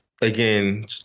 again